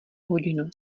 hodinu